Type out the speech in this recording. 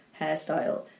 hairstyle